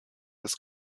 des